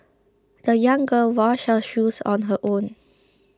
the young girl washed her shoes on her own